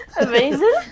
Amazing